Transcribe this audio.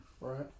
right